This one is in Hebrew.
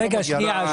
מה שלא מגיע - לא מגיע.